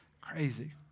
crazy